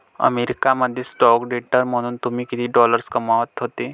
America मध्ये stock trader म्हणून तुम्ही किती डॉलर्स कमावत होते